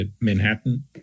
Manhattan